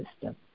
system